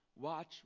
Watch